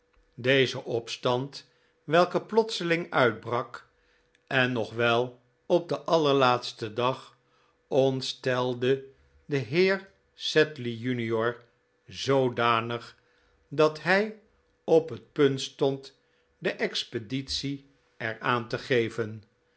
deze opstand welke plotseling uitbrak en nog wel op den allerlaatsten dag ontstelde den heer sedley jr zoodanig dat hij op het punt stond de expeditie er aan te geven